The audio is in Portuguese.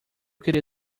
queria